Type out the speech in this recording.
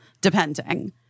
depending